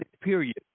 period